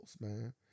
man